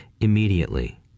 immediately